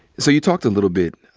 so you talked a little bit,